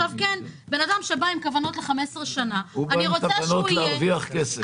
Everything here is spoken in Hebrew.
הוא בא עם כוונות להרוויח כסף.